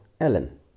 Ellen